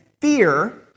fear